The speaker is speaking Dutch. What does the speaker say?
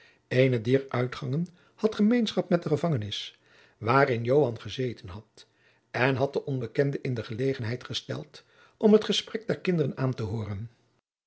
eene dier uitgangen had gemeenschap met de gevangenis waarin joan gezeten had en had den onbekende in de gelegenheid gesteld om het gesprek der kinderen aan te hooren